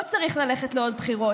לא צריך ללכת לעוד בחירות.